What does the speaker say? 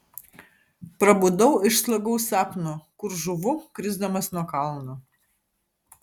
prabudau iš slogaus sapno kur žūvu krisdamas nuo kalno